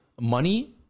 money